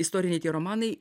istoriniai tie romanai